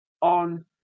on